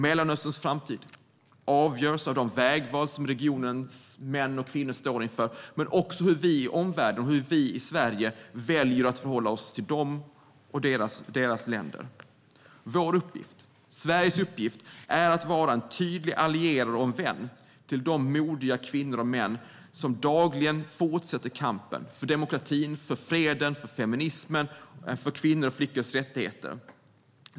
Mellanösterns framtid avgörs av de vägval som regionens män och kvinnor står inför men också av hur vi i omvärlden och hur vi i Sverige väljer att förhålla oss till dem och deras länder. Vår uppgift, Sveriges uppgift, är att vara en tydlig allierad och vän till de modiga kvinnor och män som dagligen fortsätter kampen för demokratin, för freden, för feminismen och för kvinnors och flickors rättigheter.